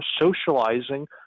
socializing